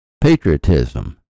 patriotism